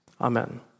Amen